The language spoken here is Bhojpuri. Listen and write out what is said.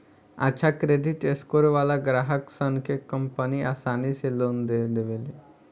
अच्छा क्रेडिट स्कोर वालन ग्राहकसन के कंपनि आसानी से लोन दे देवेले